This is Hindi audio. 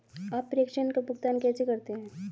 आप प्रेषण का भुगतान कैसे करते हैं?